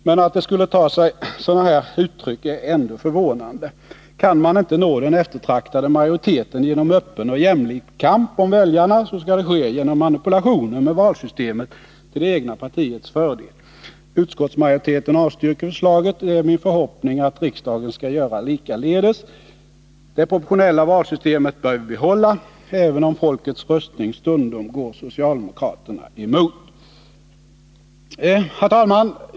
Men att det skulle ta sig sådana här uttryck är ändå förvånande. Kan man inte nå den eftertraktade majoriteten genom öppen och jämlik kamp om väljarna, så skall det ske genom manipulationer med valsystemet till det egna partiets fördel. Utskottsmajoriteten avstyrker förslaget. Det är min förhoppning att riksdagen skall göra likaledes. Det proportionella valsystemet bör vi behålla, även om folkets röstning stundom går socialdemokraterna emot. Herr talman!